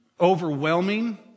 overwhelming